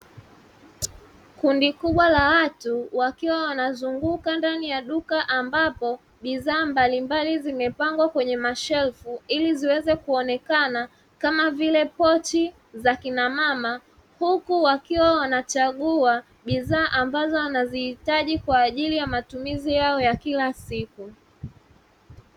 Kundi kubwa la watu wakiwa wanazunguka ndani, ambapo bidhaa mbalimbali zimepangwa kwenye mashelfu ili ziweze kuonekana kama vile pochi za akina mama, huku wakiwa wanachagua bidhaa ambazo wanazihitaji kwa ajili ya matumizi yao ya kila siku.